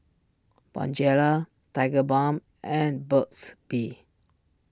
Bonjela Tigerbalm and Burt's Bee